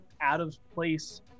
out-of-place